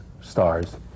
stars